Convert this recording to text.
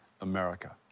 America